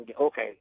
Okay